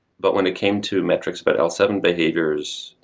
but when it came to metrics about l seven behaviors,